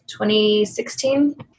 2016